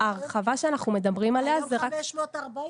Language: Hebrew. ההרחבה שאנחנו מדברים עליה --- היום 540,